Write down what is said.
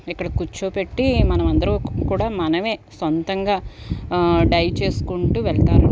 ఇక్కడ కూర్చోబెట్టి మనమందరం కూడా మనమే సొంతంగా డై చేసుకుంటూ వెళ్తారనమాట